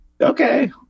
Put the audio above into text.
okay